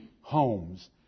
homes